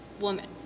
woman